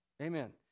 Amen